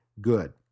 good